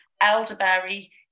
Elderberry